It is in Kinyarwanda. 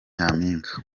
nyampinga